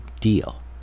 deal